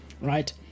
right